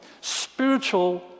spiritual